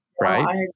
right